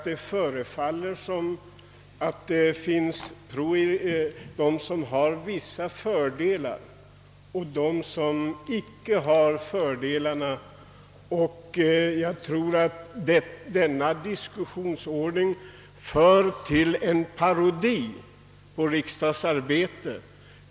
Det förefaller som om en del ledamöter har vissa fördelar som de övriga ledamöterna saknar, och den diskussionsordning som tillämpas tycks leda till en parodi på riksdagsarbete.